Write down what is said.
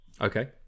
Okay